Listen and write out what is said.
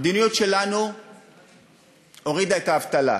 המדיניות שלנו הורידה את האבטלה,